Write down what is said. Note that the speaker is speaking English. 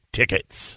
tickets